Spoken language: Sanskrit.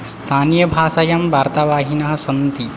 स्थानियभाषायां वार्तावाहिनः सन्ति